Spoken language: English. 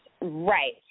Right